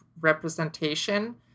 representation